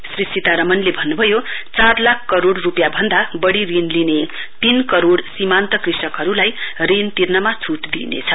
श्री सीतारामनले भन्नभयो चार लाख करोड़ रुपियाँ भन्द बढ़ी कृषि ऋण लिने तीन करोड़ सीमान्त कृषिहरुलाई ऋण तिर्नमा छूट दिइनेछ